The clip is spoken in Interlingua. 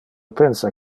pensa